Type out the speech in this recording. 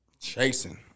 Chasing